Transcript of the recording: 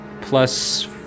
plus